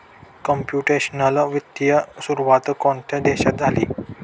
Computational वित्ताची सुरुवात कोणत्या देशात झाली?